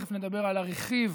תכף נדבר על הרכיב